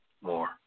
more